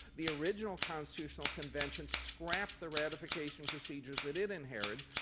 the original constitutional convention scrapped the ratification procedures that it inherited,